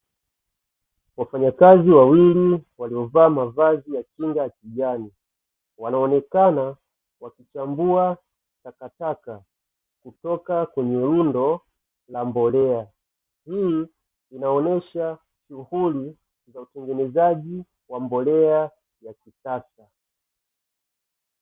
Wafanyakazi wawili waliovaa mavazi ya kinga ya kijani, wanaonekana wakichambua takataka kutoka kwenye lundo la mbolea, hii inaonesha shughuli ya utengenazi wa mbolea ya kisasa.